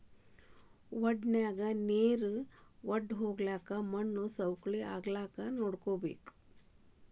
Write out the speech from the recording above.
ವಡನ್ಯಾಗ ನೇರ ವಡ್ದಹೊಗ್ಲಂಗ ಮಣ್ಣು ಸವಕಳಿ ಆಗ್ಲಂಗ ನೋಡ್ಕೋಬೇಕ